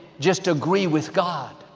just agree with god.